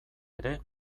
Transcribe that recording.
ere